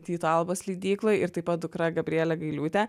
tyto albos leidykloj ir taip pat dukra gabrielė gailiūtė